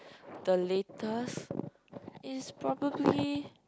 the latest is probably